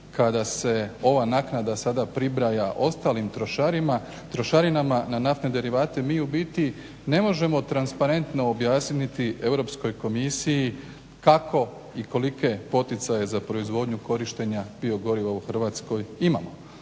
kada se ova naknada sada pribraja ostalim trošarinama na naftne derivate mi u biti ne možemo transparentno objasniti Europskoj komisiji kako i kolike poticaje za proizvodnju korištenja biogoriva u Hrvatskoj imamo.